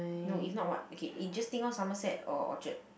no if not what okay just think of Somerset or Orchard